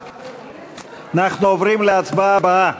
אנחנו עוברים להצבעה הבאה: